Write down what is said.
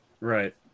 Right